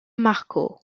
marco